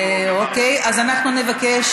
אנחנו גמרנו.